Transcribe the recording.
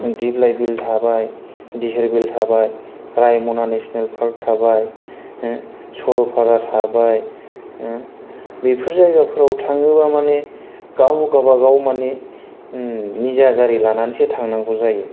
दिब्लायबिल थाबाय दिहिरबिल थाबाय रायमना नेशनेल पार्क थाबाय सरलपारा थाबाय बेफोर जायगाफोराव थाङोबा मानि गाव गाबागाव मानि निजा गारि लानानैसो थांनांगौ जायो